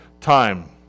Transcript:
time